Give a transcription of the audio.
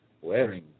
wearing